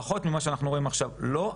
לפחות ממה שאנחנו עכשיו לא,